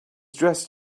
dressed